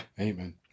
Amen